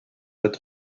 with